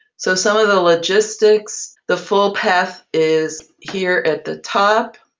so some of the logistics, the full path is here at the top.